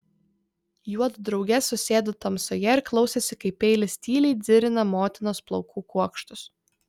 juodu drauge susėdo tamsoje ir klausėsi kaip peilis tyliai dzirina motinos plaukų kuokštus